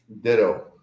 ditto